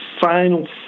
final